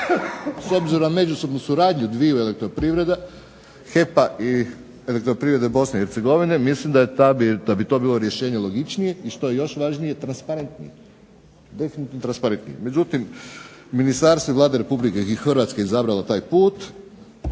S obzirom na međusobnu suradnju dviju elektroprivreda HEP-a i Elektroprivrede Bosne i Hercegovine mislim da bi to rješenje bilo logičnije i što je još važnije definitivno transparentnije. Međutim, ministarstvo i Vlada Republike Hrvatske je izabralo taj put